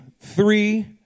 three